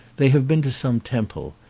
they have been to some temple,